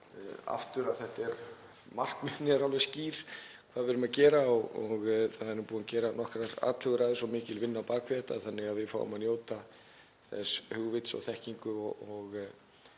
fara yfir. Markmiðin eru alveg skýr, hvað við erum að gera, og það er búið að gera nokkrar atlögur og mikil vinna á bak við þetta þannig að við fáum að njóta þess hugvits og þekkingar og